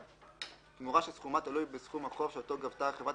(1) תמורה שסכומה תלוי בסכום החוב שאותו גבתה חברת